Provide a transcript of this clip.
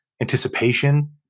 anticipation